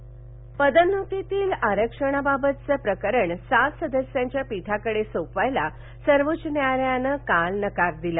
आरक्षण पदोन्नतीतील आरक्षणाबाबतचं प्रकरण सात सदस्यांच्या पीठाकडे सोपवण्यास सर्वोच्च न्यायालयानं काल नकार दिला